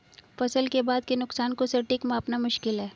फसल के बाद के नुकसान को सटीक मापना मुश्किल है